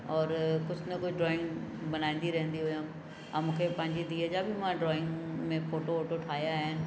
और कुझु न कुझु ड्रॉइंग बनाईंदी रहंदी हुयमि ऐं मूंखे पंहिंजी धीअ जा बि मां ड्रॉइंग में फ़ोटो वोटो ठाहिया आहिनि